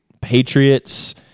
Patriots